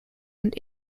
und